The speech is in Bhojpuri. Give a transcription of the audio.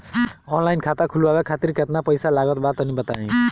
ऑनलाइन खाता खूलवावे खातिर केतना पईसा लागत बा तनि बताईं?